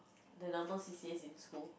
the normal C_C_As in school